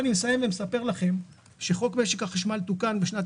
אסיים ואספר לכם שחוק משק החשמל תוקן בשנת